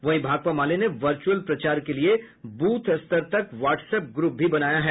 वहीं भाकपा माले ने वर्च्रअल प्रचार के लिए ब्रथ स्तर तक व्हाट्सएप ग्रूप भी बनाया है